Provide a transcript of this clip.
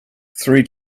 three